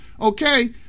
Okay